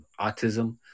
autism